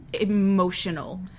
emotional